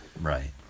right